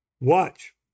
Watch